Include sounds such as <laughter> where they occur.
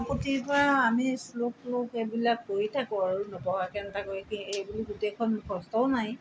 <unintelligible> পৰা আমি শ্লোক <unintelligible> এইবিলাক পঢ়ি থাকোঁ আৰু নপঢ়াকৈ নাথাকো এই বুলি গোটেইখন মুখস্তও নাই